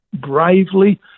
bravely